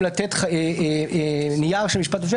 לתת נייר על משפט משווה.